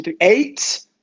Eight